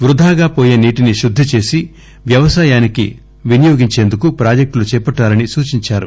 వృథాగా పోయే నీటిని శుద్ది చేసి వ్యవసాయానికి వినియోగించేందుకు ప్రాజెక్టులు చేపట్టాలని సూచించారు